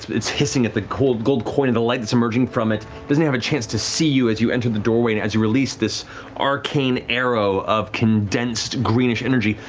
it's hissing at the gold gold coin, and the light that's emerging from it. it doesn't have a chance to see you as you enter the doorway and as you release this arcane arrow of condensed greenish energy.